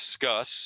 discuss